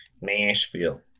Nashville